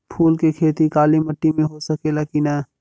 फूल के खेती काली माटी में हो सकेला की ना?